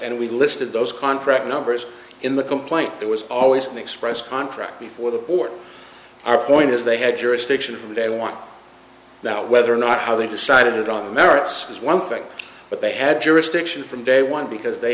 and we listed those contract numbers in the complaint there was always an express contract before the board our point is they had jurisdiction from day one now whether or not how they decided on the merits is one thing but they had jurisdiction from day one because they